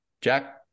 jack